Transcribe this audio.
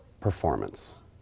performance